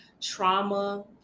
trauma